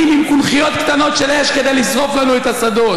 עם קונכיות קטנות של אש כדי לשרוף לנו את השדות,